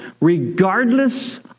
regardless